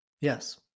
Yes